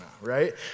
right